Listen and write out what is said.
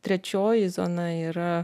trečioji zona yra